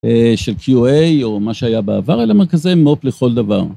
של qa או מה שהיה בעבר אלה מרכזי מו"פ לכל דבר.